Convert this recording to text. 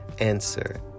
Answer